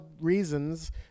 reasons